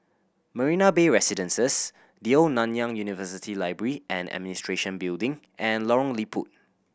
Marina Bay Residences The Old Nanyang University Library and Administration Building and Lorong Liput